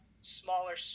smaller